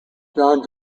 john